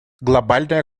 глобальная